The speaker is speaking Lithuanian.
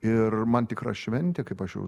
ir man tikra šventė kaip aš jau